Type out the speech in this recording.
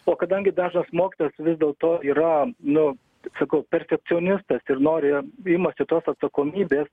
o kadangi dažnas mokytojas vis dėl to yra nu sakau perfekcionistas ir nori imasi tos atsakomybės